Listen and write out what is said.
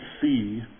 see